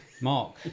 Mark